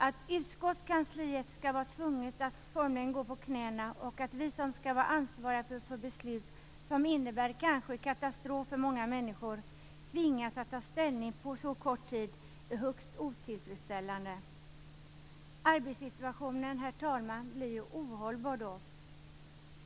Att utskottskansliet skall vara tvunget att formligen gå på knäna och att vi som skall vara ansvariga för beslut som kanske innebär en katastrof för många människor tvingas att ta ställning på så kort tid, är högst otillfredsställande. Arbetssituationen, herr talman, blir ju ohållbar då.